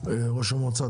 ראש המועצה,